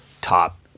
top